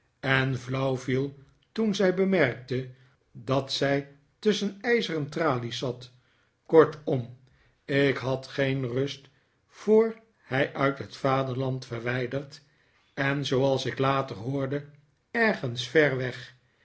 en flauw viel toen zij bemerkte dat zij tusschen ijzeren tralies zat kortom ik had geen rust voor hij uit het vaderland verwijderd en zooals ik later hoorde ergens ver weg